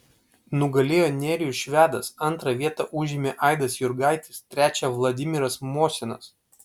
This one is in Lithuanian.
nugalėjo nerijus švedas antrą vietą užėmė aidas jurgaitis trečią vladimiras mosinas